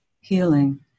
healing